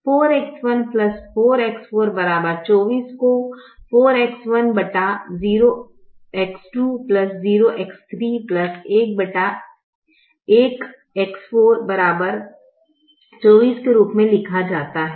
इसलिए इसे X1 X2 X3 0X4 5 के रूप में 4X1 X4 24 को 4X10X20X31X4 24 के रूप में लिखा जाता है